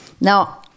Now